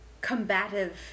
combative